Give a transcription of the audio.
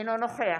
אינו נוכח